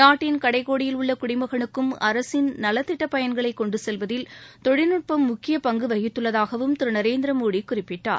நாட்டின் கடைக்கோடியில் உள்ளகுடிமகனுக்கும் அரசின் நலத்திட்டப்பயன்களைகொண்டுசெல்வதில் தொழில்நுட்பம் முக்கியபங்குவகித்துள்ளதாகவும் திருநரேந்திரமோடிகுறிப்பிட்டார்